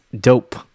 dope